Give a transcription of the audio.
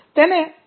તેને પી